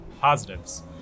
positives